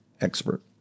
expert